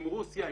עם רוסיה,